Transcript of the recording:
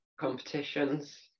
competitions